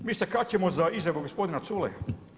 Mi se kačimo za izjavu gospodina Culeja.